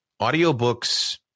Audiobooks